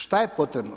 Šta je potrebno?